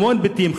המון בתים,